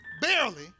barely